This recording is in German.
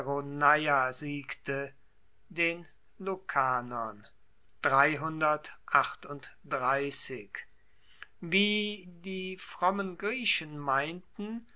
siegte den lucanern wie die frommen griechen meinten